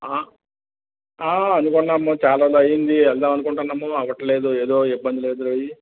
ఆ ఆ అందుకేనమ్మ చాల రోజులైంది వెళ్దామనుకుంటున్నాము అవ్వట్లేదు ఏదో ఇబ్బందులు ఎదురయ్యి